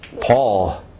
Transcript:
Paul